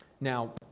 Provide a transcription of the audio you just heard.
Now